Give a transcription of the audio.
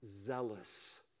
zealous